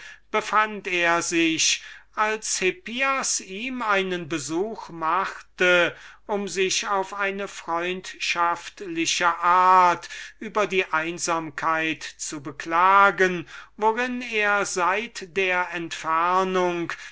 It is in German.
befand er sich als hippias ihm einen besuch machte um sich auf eine freundschaftliche art über die einsamkeit zu beklagen worin er seit der entfernung